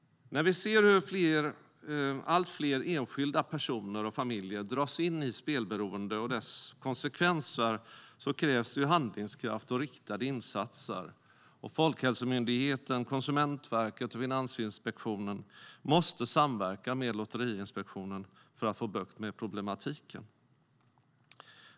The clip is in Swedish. När vi ser hur allt fler familjer och enskilda dras in i spelberoende krävs handlingskraft och riktade insatser. Folkhälsomyndigheten, Konsumentverket och Finansinspektionen måste samverka med Lotteriinspektionen för att få bukt med problematiken.